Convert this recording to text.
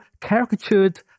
caricatured